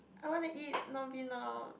I wanna eat now